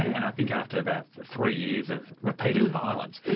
and i think after about three years of repeated violence,